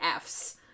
Fs